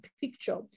picture